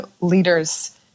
leaders